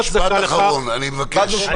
משפט אחרון, אני מבקש.